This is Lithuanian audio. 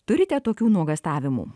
turite tokių nuogąstavimų